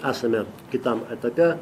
esame kitam etape